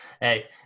Hey